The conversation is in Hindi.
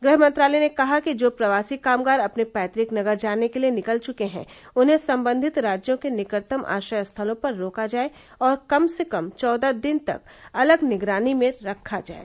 गृह मंत्रालय ने कहा कि जो प्रवासी कामगार अपने पैतुक नगर जाने के लिए निकल चुके हैं उन्हें संबंधित राज्यों के निकटतम आश्रय स्थलों पर रोका जाए और कम से कम चौदह दिन तक अलग निगरानी में रखा जाए